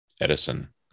Edison